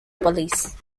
police